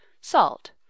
salt